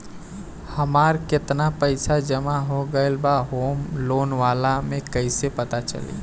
हमार केतना पईसा जमा हो गएल बा होम लोन वाला मे कइसे पता चली?